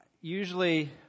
Usually